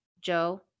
Joe